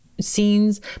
scenes